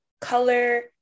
color